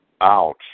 Ouch